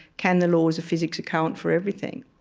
can the laws of physics account for everything?